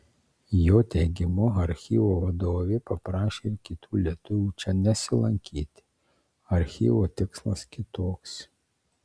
jo teigimu archyvo vadovė paprašė ir kitų lietuvių čia nesilankyti archyvo tikslas kitoks